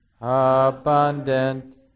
abundant